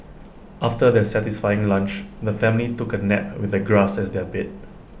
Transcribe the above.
after their satisfying lunch the family took A nap with the grass as their bed